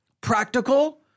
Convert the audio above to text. practical